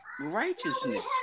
Righteousness